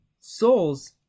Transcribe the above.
souls